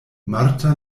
marta